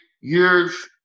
years